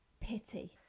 pity